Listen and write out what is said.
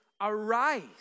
arise